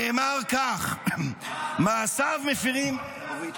נאמר כך: "מעשיו מפירים ---"--- אורית,